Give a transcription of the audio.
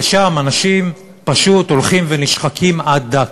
ושם אנשים פשוט הולכים ונשחקים עד דק.